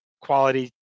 Quality